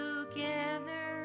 Together